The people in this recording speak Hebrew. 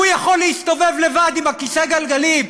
הוא יכול להסתובב לבד עם כיסא הגלגלים,